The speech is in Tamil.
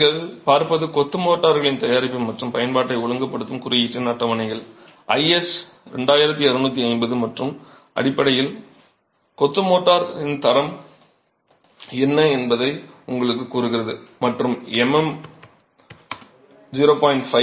நீங்கள் பார்ப்பது கொத்து மோர்டார்களின் தயாரிப்பு மற்றும் பயன்பாட்டை ஒழுங்குபடுத்தும் குறியீட்டின் அட்டவணைகள் IS 2250 மற்றும் அதன் அடிப்படையில் கொத்து மோர்டாரின் தரம் என்ன என்பதை உங்களுக்குக் கூறுகிறது மற்றும் MM 0